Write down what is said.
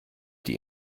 die